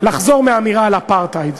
לחזור מהאמירה על אפרטהייד.